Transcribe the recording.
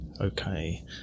Okay